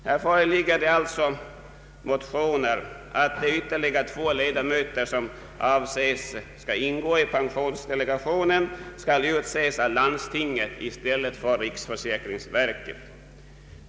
Här föreligger motioner om att de ytterligare två ledamöter som avses ingå i pensionsdelegationen skall utses av landstinget i stället för av riksförsäkringsverket.